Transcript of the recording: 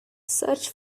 search